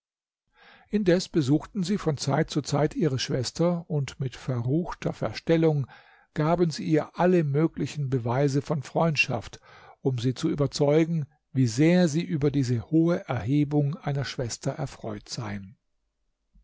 indes besuchten sie von zeit zu zeit ihre schwester und mit verruchter verstellung gaben sie ihr alle möglichen beweise von freundschaft um sie zu überzeugen wie sehr sie über diese hohe erhebung einer schwester erfreut seien